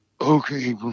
okay